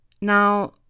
Now